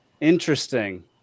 Interesting